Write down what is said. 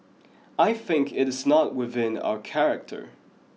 I think it is not within our character